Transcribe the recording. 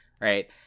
Right